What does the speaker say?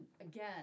again